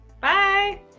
Bye